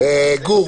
גור,